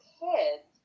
kids